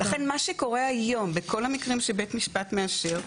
לכן מה שקורה היום בכל המקרים שבית משפט מאשר,